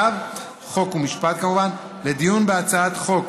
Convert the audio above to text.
החוקה, חוק ומשפט יחדיו, לדיון בהצעת חוק